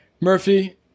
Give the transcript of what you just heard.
Murphy